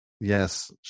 Yes